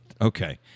Okay